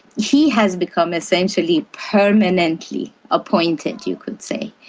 he has become essentially permanently appointed, you could say.